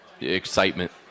excitement